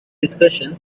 discussion